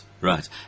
right